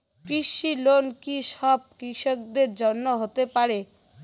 কৃষি লোন কি সব কৃষকদের জন্য হতে পারে?